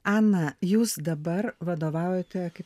ana jūs dabar vadovaujate kaip